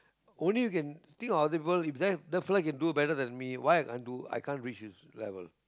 only you can think of other people if that that fellow can do better than me why I can't do I can't reach his level